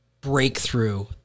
breakthrough